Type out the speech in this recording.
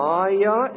Maya